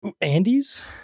Andy's